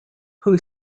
who